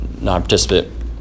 Non-participant